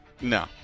no